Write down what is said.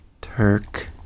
Turk